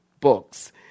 books